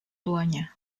tuanya